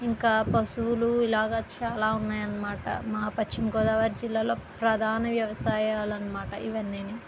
ఇంకా పశువులు ఇలాగా చాలా ఉన్నాయి అన్నమాట మా పశ్చిమ గోదావరి జిల్లాలో ప్రధాన వ్యవసాయాలు అన్నమాట ఇవన్నీను